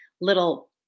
little